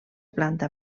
planta